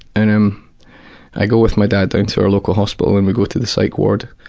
and um i go with my dad, down to our local hospital, and we go to the psych ward,